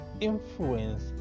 influence